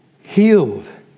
healed